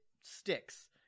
sticks